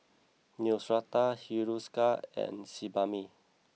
Neostrata Hiruscar and Sebamed